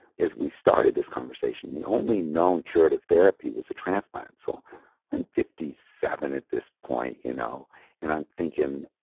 is we started this conversation. the only known curative therapy was a transplant. so i'm fifty seven at this point you know and i'm thinking,